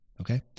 okay